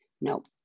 Nope